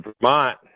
Vermont